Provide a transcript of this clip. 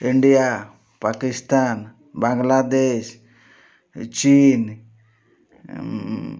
India Pakistan Bangladesh ଚୀନ୍